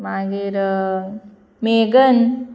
मागीर मेगन